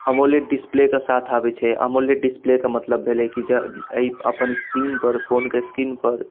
अमोले डिस्प्लेके साथ आबै छै अमोले डिस्प्लेके मतलब भेलै कि जे एहि अपन स्क्रीनपर फोनके स्क्रीनपर